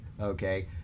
okay